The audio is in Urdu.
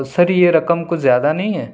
سر یہ رقم کچھ زیادہ نہیں ہے